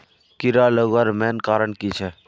कीड़ा लगवार मेन कारण की छे?